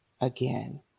again